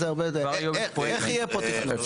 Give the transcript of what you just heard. איך יהיה פה תכנון?